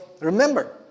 remember